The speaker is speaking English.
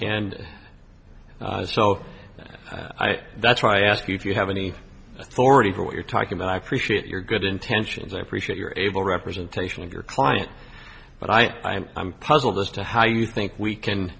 say that's why i ask you if you have any authority for what you're talking about i appreciate your good intentions i appreciate your able representation of your client but i i am i'm puzzled as to how you think we